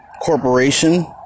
Corporation